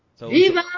Viva